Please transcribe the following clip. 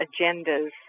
agendas